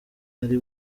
ari